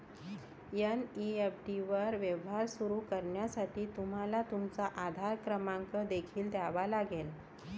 NEFT वर व्यवहार सुरू करण्यासाठी तुम्हाला तुमचा आधार क्रमांक देखील द्यावा लागेल